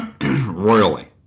royally